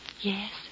Yes